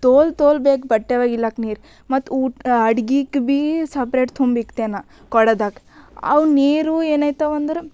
ತೋಲ್ ತೋಲ್ ಬೇಕು ಬಟ್ಟೆ ಒಗಿಲಾಕ ನೀರು ಮತ್ತು ಹ್ಞೂ ಅಡ್ಗೆಗೆ ಭೀ ಸಪ್ರೇಟ್ ತುಂಬಿಡ್ತೆ ನಾನು ಕೊಡದಾಗ ಅವು ನೀರು ಏನಾಯ್ತವ ಅಂದ್ರೆ